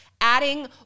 adding